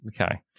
Okay